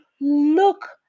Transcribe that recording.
look